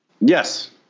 Yes